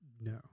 No